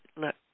look